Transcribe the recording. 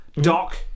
Doc